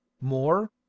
More